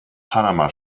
panama